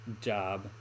job